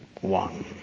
one